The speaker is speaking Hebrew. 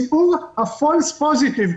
שיעור ה-False positive,